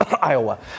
Iowa